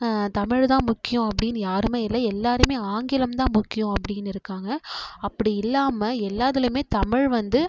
தமிழ் தான் முக்கியம் அப்படின்னு யாருமே இல்லை எல்லாேருமே ஆங்கிலம் தான் முக்கியம் அப்படின்னு இருக்காங்க அப்படி இல்லாமல் எல்லாத்துலேயுமே தமிழ் வந்து